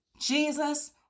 Jesus